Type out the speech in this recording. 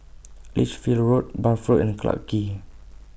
Lichfield Road Bath Road and Clarke Quay